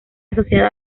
asociada